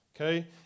Okay